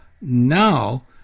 now